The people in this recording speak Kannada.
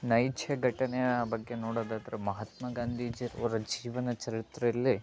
ನೈಜ ಘಟನೆಯ ಬಗ್ಗೆ ನೋಡೋದಾದರೆ ಮಹಾತ್ಮಾ ಗಾಂಧೀಜಿ ಅವರ ಜೀವನ ಚರಿತ್ರೆಯಲ್ಲಿ